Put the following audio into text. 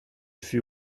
fut